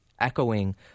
echoing